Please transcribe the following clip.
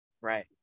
right